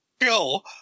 kill